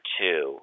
two